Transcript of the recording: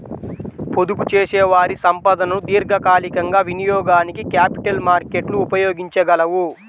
పొదుపుచేసేవారి సంపదను దీర్ఘకాలికంగా వినియోగానికి క్యాపిటల్ మార్కెట్లు ఉపయోగించగలవు